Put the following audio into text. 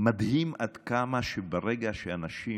מדהים עד כמה שברגע שאנשים